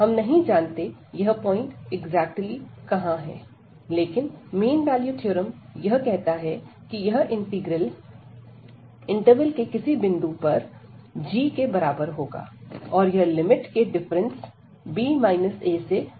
हम नहीं जानते यह पॉइंट एक्जेक्टली कहां है लेकिन मीन वैल्यू थ्योरम यह कहता है कि यह इंटीग्रल इंटरवल के किसी बिंदु पर g के बराबर होगा और यह लिमिट के डिफरेंस b a से गुणा किया जाएगा